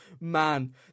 man